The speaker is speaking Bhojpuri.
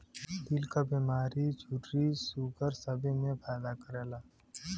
दिल क बीमारी झुर्री सूगर सबे मे फायदा करेला